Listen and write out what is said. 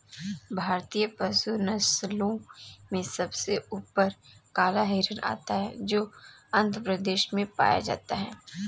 भारतीय पशु नस्लों में सबसे ऊपर काला हिरण आता है जो आंध्र प्रदेश में पाया जाता है